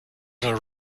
are